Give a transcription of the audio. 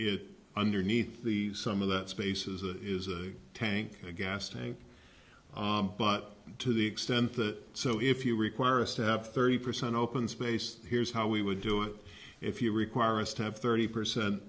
is underneath the some of that spaces it is a tank a gas tank but to the extent that so if you require us to have thirty percent open space here's how we would do it if you require us to have thirty percent